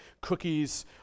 cookies